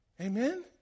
Amen